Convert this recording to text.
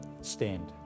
stand